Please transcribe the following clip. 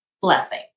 blessing